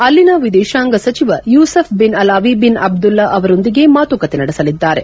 ಅಲ್ಲಿನ ವಿದೇತಾಂಗ ಸಚಿವ Yusuf bin Alawi bin Abdullah ಅವರೊಂದಿಗೆ ಮಾತುಕತೆ ನಡೆಸಲಿದ್ದಾರೆ